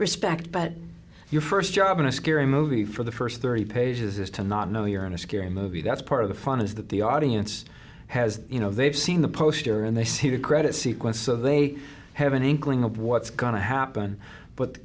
respect but your first job in a scary movie for the first thirty pages is to not know you're in a scary movie that's part of the fun is that the audience has you know they've seen the poster and they see the credit sequence so they have an inkling of what's going to happen but the